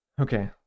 Okay